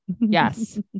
Yes